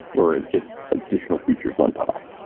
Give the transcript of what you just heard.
or its additional features on top.